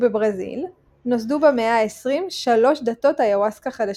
ובברזיל נוסדו במאה ה-20 שלוש דתות איוואסקה חדשות,